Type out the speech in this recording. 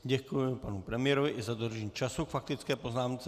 Děkuji panu premiérovi i za dodržení času k faktické poznámce.